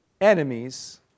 enemies